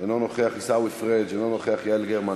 אינו נוכח, עיסאווי פריג' אינו נוכח,